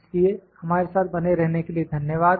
इसलिए हमारे साथ बने रहने के लिए धन्यवाद